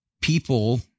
people